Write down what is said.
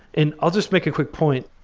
and i'll just make a quick point.